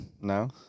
No